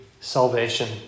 salvation